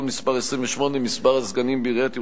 מס' 28) (מספר הסגנים בעיריית ירושלים),